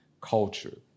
culture